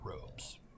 robes